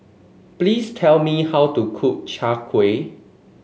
please tell me how to cook Chai Kuih